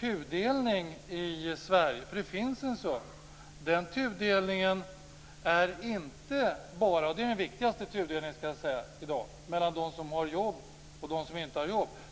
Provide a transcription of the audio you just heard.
tudelning i Sverige - för det finns en sådan - inte bara är en tudelning mellan de som har jobb och de som inte har jobb; det är den viktigaste tudelningen i dag.